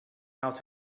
out